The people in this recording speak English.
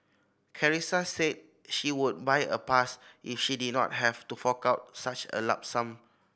Carissa said she would buy a pass if she did not have to fork out such a lump sum